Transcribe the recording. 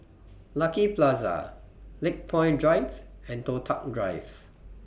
Lucky Plaza Lakepoint Drive and Toh Tuck Drive